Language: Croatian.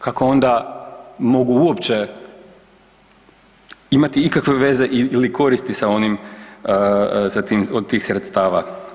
Kako onda mogu uopće imati ikakve veze ili koristi sa onim od tih sredstava?